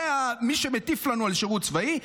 זה מי שמטיף לנו על שירות צבאי.